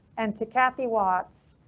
and to kathy watts,